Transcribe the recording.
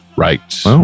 right